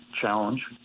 challenge